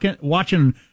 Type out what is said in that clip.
watching